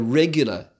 regular